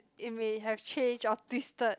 it may have changed or twisted